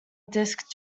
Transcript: disk